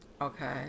okay